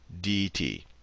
dt